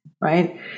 right